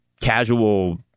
casual